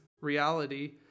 Reality